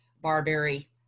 barberry